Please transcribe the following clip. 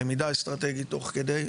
למידה אסטרטגית תוך כדי.